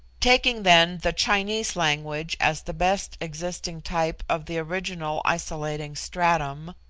taking then the chinese language as the best existing type of the original isolating stratum,